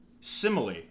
simile